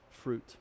fruit